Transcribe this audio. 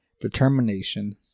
determination